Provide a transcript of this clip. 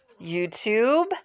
YouTube